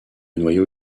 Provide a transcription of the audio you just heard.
noyau